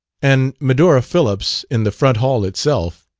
and medora phillips, in the front hall itself